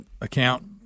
account